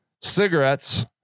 cigarettes